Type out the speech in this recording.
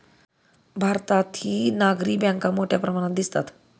भारतातही नागरी बँका मोठ्या प्रमाणात दिसतात